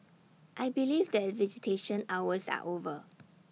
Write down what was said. I believe that visitation hours are over